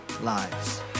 lives